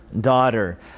daughter